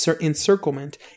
encirclement